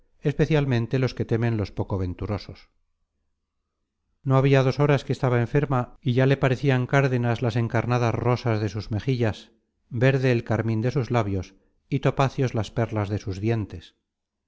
especialmente los que temen los poco venturosos no habia dos horas que estaba enferma y ya le parecian cárdenas las encarnadas rosas de sus mejillas verde el carmin de sus labios y topacios las perlas de sus dientes